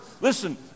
Listen